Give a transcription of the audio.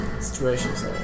situations